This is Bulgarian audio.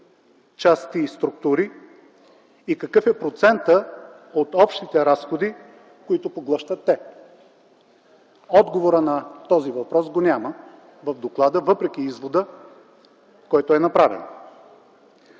части и структури и какъв е процентът от общите разходи, които поглъщат те? Отговора на този въпрос го няма в доклада, въпреки извода, който е направен.